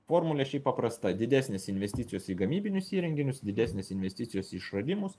formulė šiaip paprasta didesnės investicijos į gamybinius įrenginius didesnės investicijos į išradimus